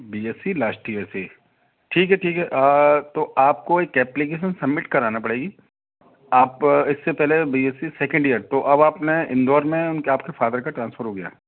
B SC last year से ठीक है ठीक है तो आपको एक एप्लिकेसन सम्मिट करानी पड़ेगी आप इससे पहले बी एससी सेकेंड इयर तो अब आपने इंदौर में उनके आपके फ़ादर का ट्रांसफ़र हो गया है